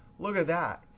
look at that.